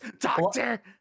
doctor